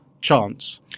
chance